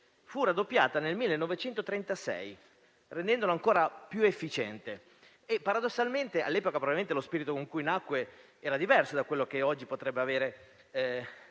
Fu raddoppiata nel 1936 e resa ancora più efficiente. Paradossalmente all'epoca lo spirito con cui nacque era diverso da quello che oggi potrebbe avere